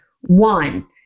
One –